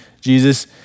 Jesus